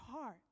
heart